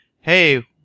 hey